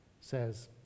says